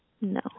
No